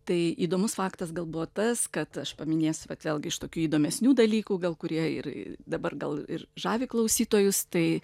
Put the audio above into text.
tai įdomus faktas gal buvo tas kad aš paminėsiu vat vėlgi iš tokių įdomesnių dalykų gal kurie ir dabar gal ir žavi klausytojus tai